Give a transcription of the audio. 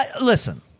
Listen